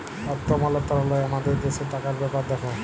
অথ্থ মলত্রলালয় আমাদের দ্যাশের টাকার ব্যাপার দ্যাখে